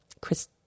Chris